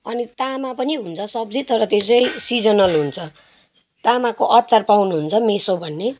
अनि तामा पनि हुन्छ सब्जी तर त्यो चाहिँ सिजनल हुन्छ तामाको अचार पाउनुहुन्छ मेसो भन्ने